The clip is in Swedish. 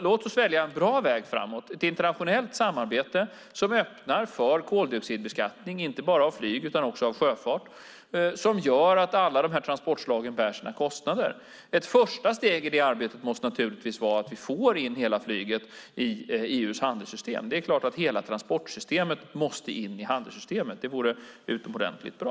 Låt oss välja en bra väg framåt, ett internationellt samarbete som öppnar för koldioxidbeskattning av inte bara av flyg utan också av sjöfart och som gör att alla de olika transportslagen bär sina kostnader. Ett första steg i det arbetet måste naturligtvis vara att vi får in hela flyget i EU:s handelssystem. Det är klart att hela transportssystemet måste in i handelssystemet. Det vore utomordentligt bra.